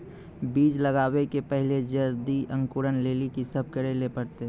बीज लगावे के पहिले जल्दी अंकुरण लेली की सब करे ले परतै?